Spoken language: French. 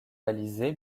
balisé